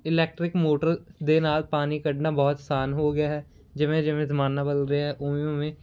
electric motor ਦੇ ਨਾਲ ਪਾਣੀ ਕੱਢਣਾ ਬਹੁਤ ਆਸਾਨ ਹੋ ਗਿਆ ਹੈ ਜਿਵੇਂ ਜਿਵੇਂ ਜਮਾਨਾ ਬਦਲ ਰਿਹਾ ਉਵੇਂ ਉਵੇਂ